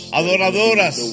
adoradoras